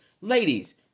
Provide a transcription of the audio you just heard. ladies